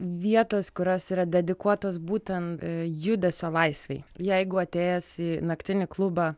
vietos kurios yra dedikuotos būten judesio laisvei jeigu atėjęs į naktinį klubą